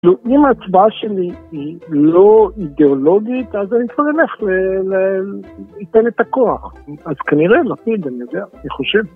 כאילו, אם ההצבעה שלי היא לא אידיאולוגית, אז אני צריך ללכת, ל, ייתן את הכוח. אז כנראה, לפיד אני יודע, אני חושב.